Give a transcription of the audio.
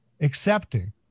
accepting